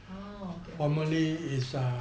okay okay